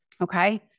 okay